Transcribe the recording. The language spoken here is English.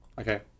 Okay